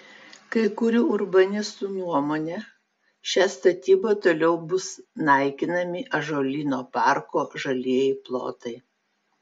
kai kurių urbanistų nuomone šia statyba toliau bus naikinami ąžuolyno parko žalieji plotai